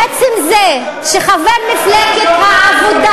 עצם זה שחבר מפלגת העבודה